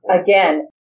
Again